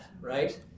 right